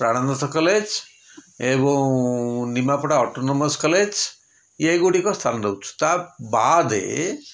Prananath college ଏବଂ Nimapara autonomous college ଏଇ ଗୁଡ଼ିକ ସ୍ଥାନ ଦେଉଛୁ ତା' ବାଦେ